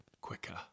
quicker